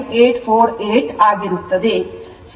9848 ಆಗಿರುತ್ತದೆ